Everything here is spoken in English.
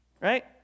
right